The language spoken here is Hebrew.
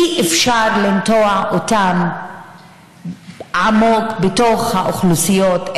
אי-אפשר לנטוע אותם עמוק בתוך האוכלוסיות,